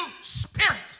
spirit